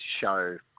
show